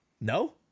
No